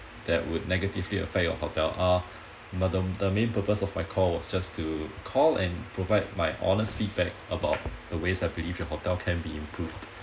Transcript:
that would negatively affect your hotel uh the main purpose of my call was just to call and provide my honest feedback about the ways I believe your hotel can be improved